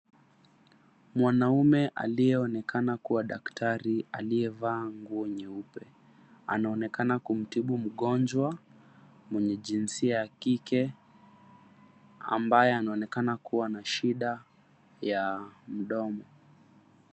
Mwanamme aliyeonekana kuwa daktari aliyevaa nguo nyeupe anaonekana kumtibu mgonjwa mwenye jinsia ya kike ambaye anaonekana kuwa na shida ya mdomo.